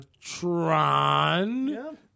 Tron